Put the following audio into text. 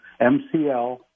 MCL